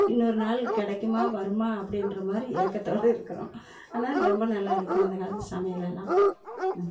இன்னொரு நாள் கிடைக்குமா வருமா அப்படின்ற மாதிரி ஏக்கத்தோட இருக்கிறோம் ஆனால் ரொம்ப நல்லாயிருக்கும் அந்த காலத்து சமையல் எல்லாம்